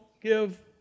give